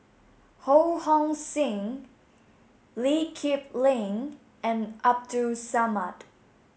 Ho Hong Sing Lee Kip Lin and Abdul Samad